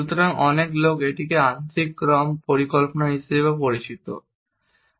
সুতরাং অনেক লোক এটিকে আংশিক ক্রম পরিকল্পনা হিসাবেও পরিচিত করেছে